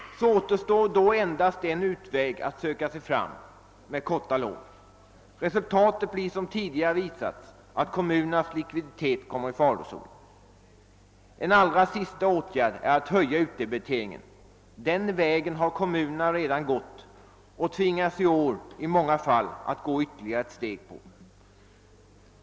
Då återstår endast en utväg, nämligen att söka sig fram med korta lån. Resultatet blir, som tidigare visats, att kommunernas likviditet kommer i farozonen. En allra sista åtgärd är att höja utdebiteringen. Den vägen har korhmunerna redan gått, och de tvingas i år i många fall att gå ytterligare ett steg på den vägen.